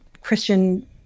Christian